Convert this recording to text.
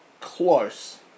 Close